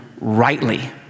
rightly